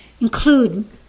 include